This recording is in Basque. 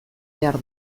behar